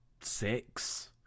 six